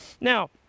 Now